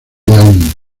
león